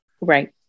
Right